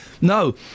No